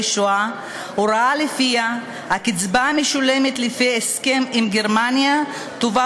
שואה הוראה שלפיה הקצבה המשולמת לפי ההסכם עם גרמניה תובא